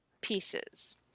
pieces